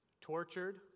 tortured